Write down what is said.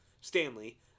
Stanley